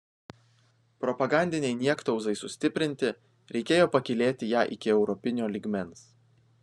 propagandinei niektauzai sustiprinti reikėjo pakylėti ją iki europinio lygmens